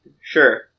Sure